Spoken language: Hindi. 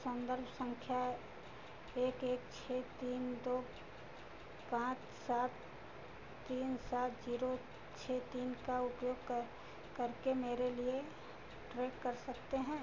सन्दर्भ संख्या एक एक छः तीन दो पाँच सात तीन सात जीरो छः तीन का उपयोग कर करके मेरे लिए ट्रेस कर सकते हैं